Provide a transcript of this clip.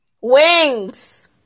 Wings